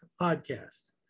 podcast